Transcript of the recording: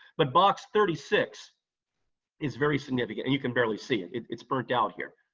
but box thirty six is very significant, and you can barely see it. it's burnt out here,